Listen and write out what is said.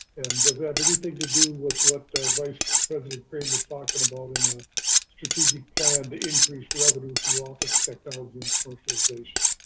and does it have anything to do with what the vice president krueger was talking about in the strategic plan to increase revenue through office technology and personalization?